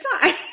time